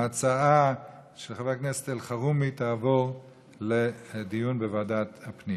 ההצעה של חבר הכנסת אלחרומי תעבור לדיון בוועדת הפנים.